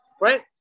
right